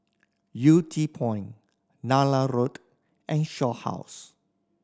Yew Tee Point Nallur Road and Shaw House